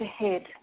ahead